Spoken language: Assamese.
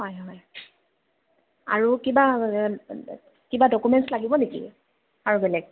হয় হয় আৰু কিবা কিবা ডকুমেণ্টছ লাগিব নেকি আৰু বেলেগ